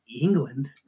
England